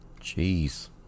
Jeez